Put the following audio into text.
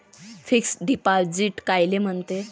Fix deposit कायले म्हनते?